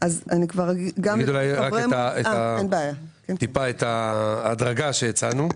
אני אגיד אולי טיפה את ההדרגה שהצענו.